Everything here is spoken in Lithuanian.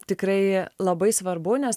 tikrai labai svarbu nes